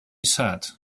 said